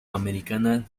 americana